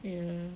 ya